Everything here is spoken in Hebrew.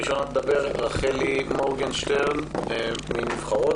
ראשונה תדבר רחלי מורגנשטרן מ"נבחרות".